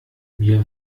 mir